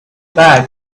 back